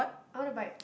I want a bike